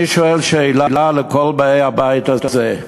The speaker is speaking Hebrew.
אני שואל שאלה את כל באי הבית הזה: